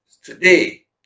today